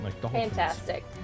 Fantastic